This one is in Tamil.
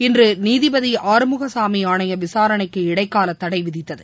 இன்றுநீதிபதிஆறுமுகசாமிஆணையவிசாரணைக்கு இடைக்காலதடைவிதித்தது